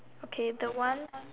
okay the one